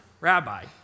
Rabbi